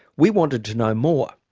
we wanted to know more.